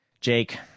Jake